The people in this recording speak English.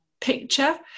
picture